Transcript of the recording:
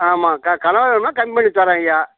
ஆமாம் க கனவா வேணும்னா கம்மி பண்ணித் தர்றேன் ஐயா